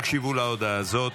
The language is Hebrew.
תקשיבו להודעה הזאת.